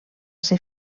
ser